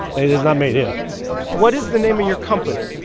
it is not made here what is the name of your company?